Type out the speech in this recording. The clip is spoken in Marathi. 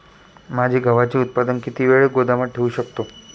माझे गव्हाचे उत्पादन किती वेळ गोदामात ठेवू शकतो?